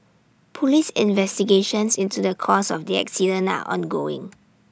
Police investigations into the cause of the accident now ongoing